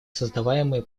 создаваемые